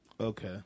Okay